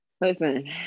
listen